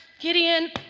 Gideon